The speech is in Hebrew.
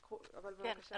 אבל בבקשה.